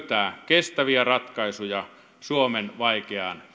kestäviä ratkaisuja suomen vaikeaan tilanteeseen